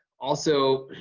also,